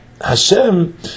Hashem